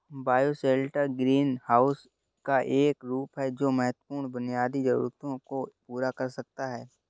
bioshelter greenhouse का एक रूप है जो महत्वपूर्ण बुनियादी जरूरतों को पूरा कर सकता है